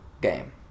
game